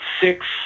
six